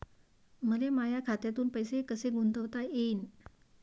मले माया खात्यातून पैसे कसे गुंतवता येईन?